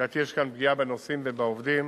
לדעתי, יש כאן פגיעה בנוסעים ובעובדים,